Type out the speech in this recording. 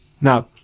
Now